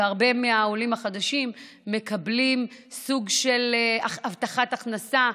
והרבה מהעולים החדשים מקבלים סוג של הבטחת הכנסה,